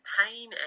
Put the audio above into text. pain